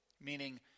Meaning